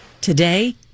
Today